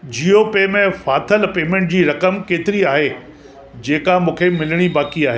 Jio pay में फाथल payment जी रक़म केतिरी आहे जेका मूंखे मिलिणी बाक़ी आहे